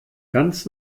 ganz